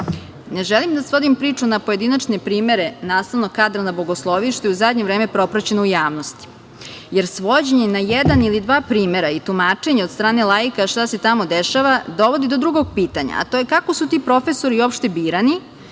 želim da svodim priču na pojedinačne primere nastavnog kadra na Bogosloviji, što je u zadnje vreme propraćeno u javnosti, jer svođenje na jedan ili dva primera i tumačenja od strane laika šta se tamo dešava dovodi do drugog pitanja - kako su ti profesori uopšte birani